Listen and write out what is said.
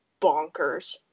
bonkers